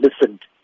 listened